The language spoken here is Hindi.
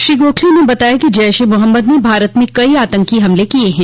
श्री गोखले ने बताया कि जैश ए मोहम्मद ने भारत में कई आतंकी हमले किए हैं